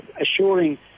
assuring